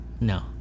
No